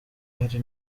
hari